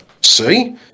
See